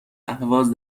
اهواز